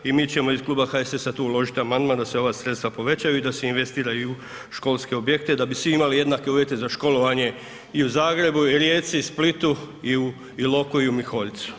I mi ćemo iz klub HSS-a tu uložiti amandman da se ova sredstva povećaju i da se investira u školske objekte da bi svi imali jednake uvjete za školovanje i u Zagrebu, i Rijeci, i Splitu, i u Iloku i u Miholjcu.